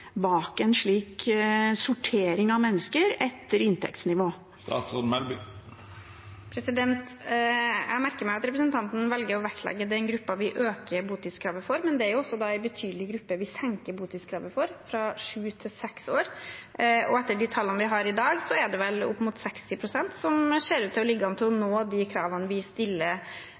vektlegge den gruppen vi øker botidskravet for, men det er jo også en betydelig gruppe vi senker botidskravet for, fra sju til seks år. Etter de tallene vi har i dag, er det vel opp mot 60 pst. som ser ut til å ligge an til å nå de kravene vi stiller